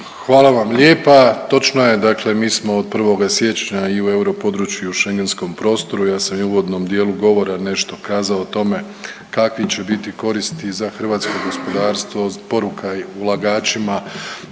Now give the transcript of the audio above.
Hvala vam lijepa. Točno je, dakle mi smo od 1. siječnja i u euro području i u schengenskom prostoru. Ja sam i u uvodnom dijelu govora nešto kazao o tome kakvih će biti koristi za hrvatsko gospodarstvo. Poruka i ulagačima.